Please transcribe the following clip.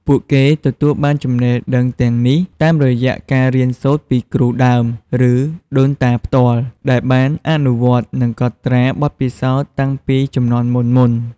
ពួកគេទទួលបានចំណេះដឹងទាំងនេះ តាមរយៈការរៀនសូត្រពីគ្រូដើម ឬដូនតាផ្ទាល់ ដែលបានអនុវត្តន៍ និងកត់ត្រាបទពិសោធន៍តាំងពីជំនាន់មុនៗ។